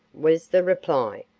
was the reply.